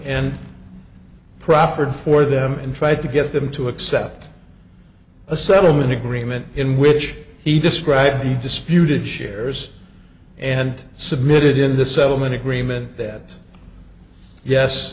and proffered for them and tried to get them to accept a settlement agreement in which he described the disputed shares and submitted in the settlement agreement that yes